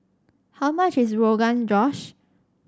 how much is Rogan Josh